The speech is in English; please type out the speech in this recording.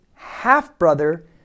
Half-brother